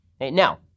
Now